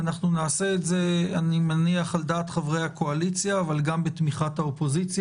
אני מניח שנעשה את זה על דעת חברי הקואליציה אבל גם בתמיכת האופוזיציה,